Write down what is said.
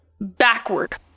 Backward